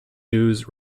news